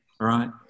right